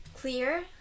clear